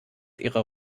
ihrer